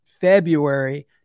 February